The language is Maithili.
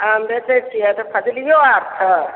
आम बेचैत छियै तऽ फजलीओ आर छै